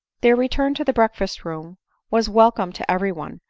their return to the breakfast-room was welcome to every one,